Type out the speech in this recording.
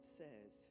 says